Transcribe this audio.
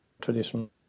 traditional